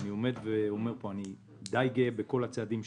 אני עומד ואומר פה: אני די גאה בכל הצעדים שעשינו,